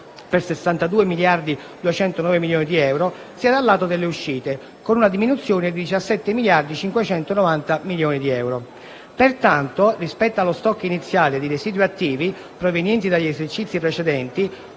per 62.209 milioni di euro, sia dal lato delle uscite, con una diminuzione di 17.590 milioni di euro. Pertanto, rispetto allo *stock* iniziale di residui attivi provenienti dagli esercizi precedenti